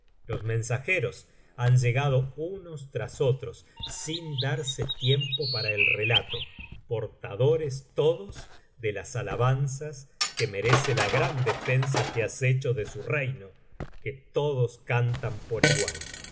los mensajeros han llegado unos tras otros sin darse tiempo para el relato portadores todos de las alabanzas que merece la gran defensa que has hecho de su reino que todos cantan por igual